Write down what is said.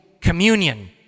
Communion